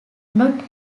not